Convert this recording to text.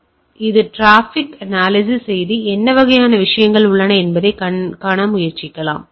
எனவே இது traffic analysis செய்து என்ன வகையான விஷயங்கள் உள்ளன என்பதைக் காண முயற்சி செய்யலாம்